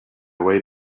way